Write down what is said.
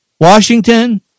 Washington